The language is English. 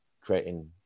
creating